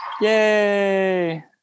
Yay